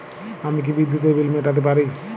আমি কি বিদ্যুতের বিল মেটাতে পারি?